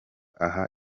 aha